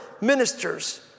ministers